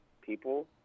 people